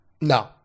No